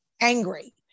angry